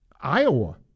Iowa